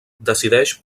decideix